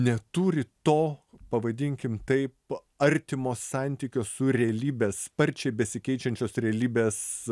neturi to pavadinkim taip artimo santykio su realybe sparčiai besikeičiančios realybės